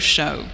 Show